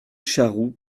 charroux